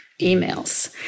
emails